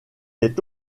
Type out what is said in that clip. est